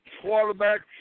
quarterback